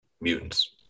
mutants